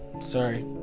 sorry